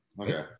okay